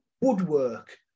woodwork